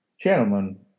gentlemen